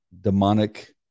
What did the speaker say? demonic